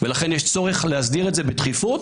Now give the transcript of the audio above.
ולכן יש צורך להסדיר את זה בדחיפות,